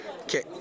Okay